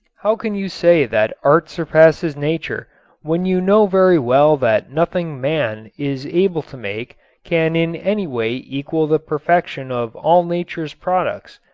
how can you say that art surpasses nature when you know very well that nothing man is able to make can in any way equal the perfection of all nature's products?